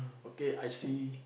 okay I see